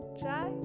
try